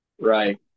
right